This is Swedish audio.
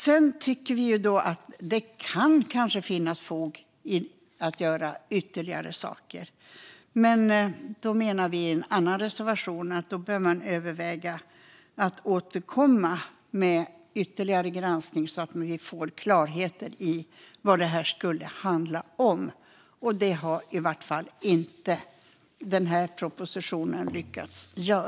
Det kan finnas fog att göra ytterligare saker, men då menar vi i en annan reservation att man behöver överväga att återkomma med ytterligare granskning så att vi får klarhet i vad det skulle handla om. Det har i varje fall inte denna proposition lyckats ge.